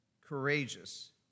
courageous